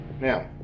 Now